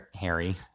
Harry